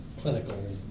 clinical